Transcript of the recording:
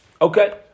Okay